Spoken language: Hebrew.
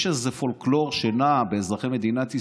יש איזה פולקלור אצל אזרחי מדינת ישראל,